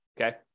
Okay